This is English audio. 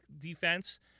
defense